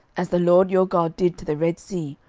as the lord your god did to the red sea,